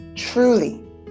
truly